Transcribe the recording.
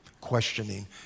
Questioning